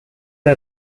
era